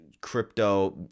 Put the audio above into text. crypto